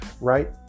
right